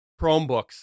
Chromebooks